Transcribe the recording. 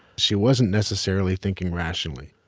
she wasn't necessarily thinking rationally.